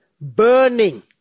Burning